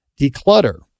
declutter